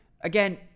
Again